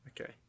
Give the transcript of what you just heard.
Okay